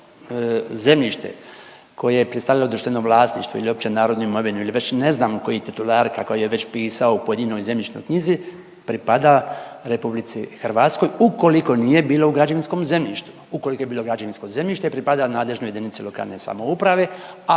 zemljište koje je predstavljalo društveno vlasništvo ili opće narodnu imovinu ili već ne znam koji titular kako je već pisao u pojedinoj zemljišnoj knjizi, pripada RH ukoliko nije bilo u građevinskom zemljištu. Ukoliko je bilo građevinsko zemljište pripada nadležnoj jedinici lokalne samouprave,